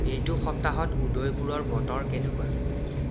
এইটো সপ্তাহত উদয়পুৰৰ বতৰ কেনেকুৱা